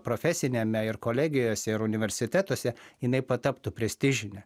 profesiniame ir kolegijose ir universitetuose jinai taptų prestižine